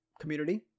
community